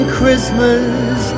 Christmas